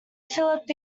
philip